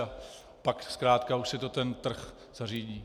A pak zkrátka už si to ten trh zařídí.